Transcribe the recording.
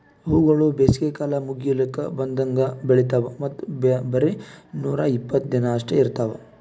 ಹೂವುಗೊಳ್ ಬೇಸಿಗೆ ಕಾಲ ಮುಗಿಲುಕ್ ಬಂದಂಗ್ ಬೆಳಿತಾವ್ ಮತ್ತ ಬರೇ ನೂರಾ ಇಪ್ಪತ್ತು ದಿನ ಅಷ್ಟೆ ಇರ್ತಾವ್